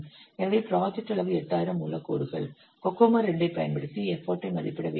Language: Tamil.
எனவே ப்ராஜெக்ட் அளவு 8000 மூல கோடுகள் கோகோமோ II ஐப் பயன்படுத்தி எஃபர்ட் ஐ மதிப்பிட வேண்டும்